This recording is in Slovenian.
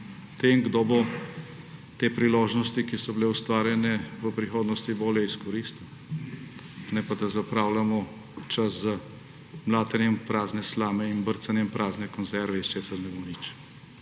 kdo bo te priložnosti, ki so bile ustvarjene, v prihodnosti bolje izkoristil. Ne pa, da zapravljamo čas z mlatenjem prazne slame in brcanjem prazne konzerve, iz česar ne bo nič.